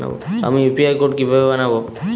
আমি UPI code কিভাবে বানাব?